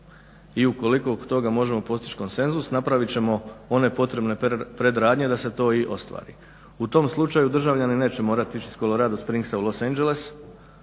I ukoliko oko toga možemo postić konsenzus napravit ćemo one potrebne predradnje da se to i ostvari. U tom slučaju državljani neće morati ići iz Colorado Springsa u Los Angeles,